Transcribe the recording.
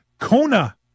kona